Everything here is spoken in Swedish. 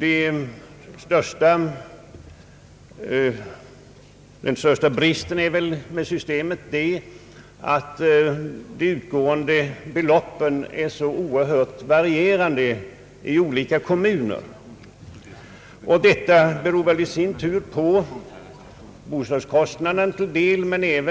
Den största bristen i systemet är det att de utgående beloppen är olika stora i olika kommuner, Detta beror väl i sin tur dels på att bostadskostnaderna är olika